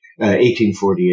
1848